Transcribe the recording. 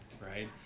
right